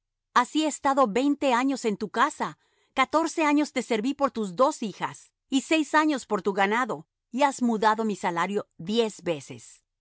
así he estado veinte años en tu casa catorce años te serví por tus dos hijas y seis años por tu ganado y has mudado mi salario diez veces